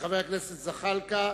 חבר הכנסת זחאלקה,